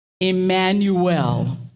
Emmanuel